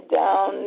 down